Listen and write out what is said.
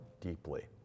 deeply